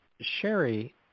Sherry